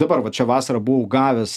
dabar vat šią vasarą buvau gavęs